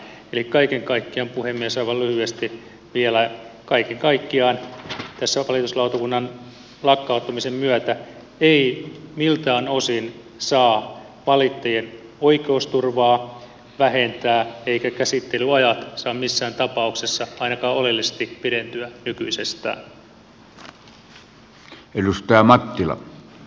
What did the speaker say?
eli kaiken kaikkiaan puhemies aivan lyhyesti vielä tässä valituslautakunnan lakkauttamisen myötä ei miltään osin saa valittajien oikeusturvaa vähentää eivätkä käsittelyajat saa missään tapauksessa ainakaan oleellisesti pidentyä nykyisestä